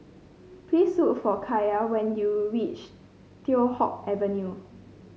please look for Kaia when you reach Teow Hock Avenue